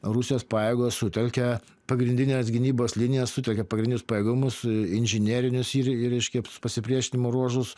rusijos pajėgos sutelkė pagrindinės gynybos linija suteikia pagrindinius pajėgumus inžinerinius reiškia pasipriešinimo ruožus